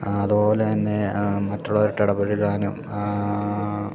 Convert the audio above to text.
ആ അത്പോലെന്നെ ആ മറ്റുള്ളവരുമായിട്ടിടപഴകാനും ആ